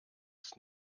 ist